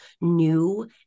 new